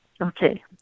Okay